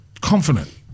confident